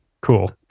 Cool